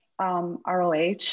ROH